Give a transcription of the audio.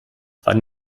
wann